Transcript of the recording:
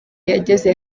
yageze